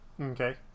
Okay